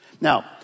Now